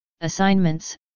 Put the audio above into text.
assignments